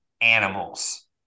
animals